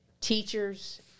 teachers